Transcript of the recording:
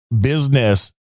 business